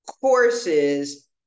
courses